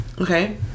Okay